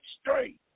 straight